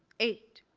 eight